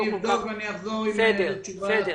אבדוק ואחזור עם תשובה כתובה.